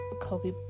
Kobe